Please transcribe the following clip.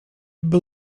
był